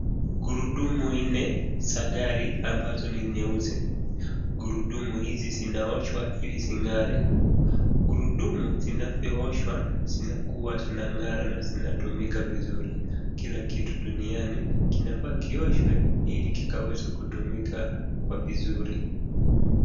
Gurudumu nne za gari amabazo ni nyeusi. Gurudumu hizi zinaoshwa ili zingare, gurudumu zinavyoshwa zinakuwa zinang'ara na zinatumika vizuri. Kila kitu duniani kinafaa kioshwe ili kikaweze kutumika kwa vizuri.